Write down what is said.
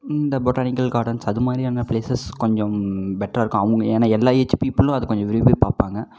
இந்த botanical gardens அதுமாதிரியான places கொஞ்சம் பெட்டரா இருக்கும் அவங்க ஏன்னா எல்லா ஏஜ் பீப்புளும் அது கொஞ்சம் விரும்பிப் பார்ப்பாங்க